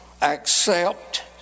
accept